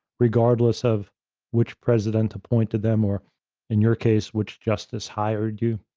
regardless of which president appointed them, or in your case, which justice hired you?